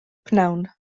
pnawn